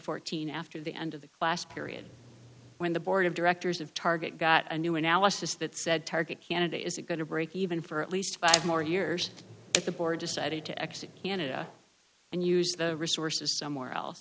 fourteen after the end of the last period when the board of directors of target got a new analysis that said target canada is it going to break even for at least five more years if the board decided to exit canada and use the resources somewhere else